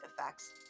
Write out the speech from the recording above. effects